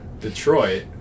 Detroit